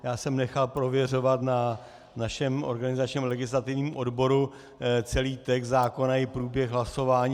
Já jsem nechal prověřovat na našem organizačním a legislativním odboru celý text zákona i průběh hlasování.